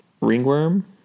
ringworm